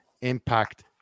impact